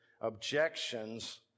objections